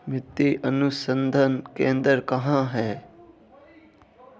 मिट्टी अनुसंधान केंद्र कहाँ है?